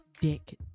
dick